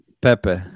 Pepe